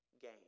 gain